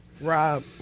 Rob